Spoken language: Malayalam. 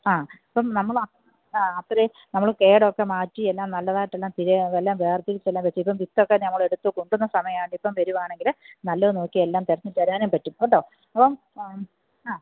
ആ അപ്പം നമ്മളാ ആ അത്രയും നമ്മൾ കേടൊക്കെ മാറ്റി എല്ലാം നല്ലതായിട്ടുള്ള എല്ലാം തിരെ എല്ലാം വേർതിരിച്ചെല്ലാം വെച്ചിട്ടും വിത്തൊക്കെ ഞങ്ങളെടുത്ത് കൊണ്ടുന്ന സമയമാണിപ്പോൾ വരുവാണെങ്കിൽ നല്ലത് നോക്കി എല്ലാം ത തരാനും പറ്റും കേട്ടോ ഓ ആ ആ